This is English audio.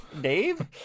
Dave